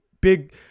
big